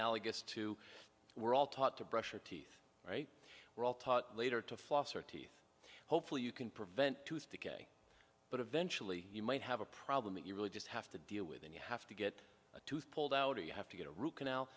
analogous to we're all taught to brush your teeth right we're all taught later to floss your teeth hopefully you can prevent tooth decay but eventually you might have a problem that you really just have to deal with and you have to get a tooth pulled out or you have to get a root canal